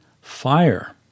fire